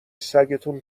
سگتون